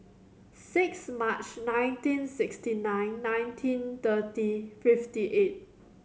six March nineteen sixty nine nineteen thirty fifty eight